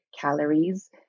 calories